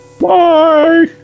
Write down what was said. Bye